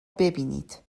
ببینید